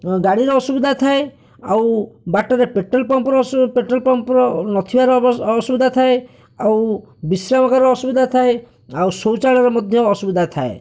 ଗାଡ଼ିର ଅସୁବିଧା ଥାଏ ଆଉ ବାଟରେ ପେଟ୍ରୋଲ ପମ୍ପର ଅସୁ ପେଟ୍ରୋଲ ପମ୍ପର ନଥିବାର ଅସୁବିଧା ଥାଏ ଆଉ ବିଶ୍ରାମଗାରର ଅସୁବିଧା ଥାଏ ଆଉ ସୌଚାଳୟର ମଧ୍ୟ ଅସୁବିଧା ଥାଏ